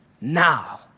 now